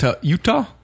Utah